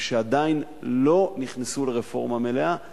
ושעדיין לא נכנסו לרפורמה מלאה.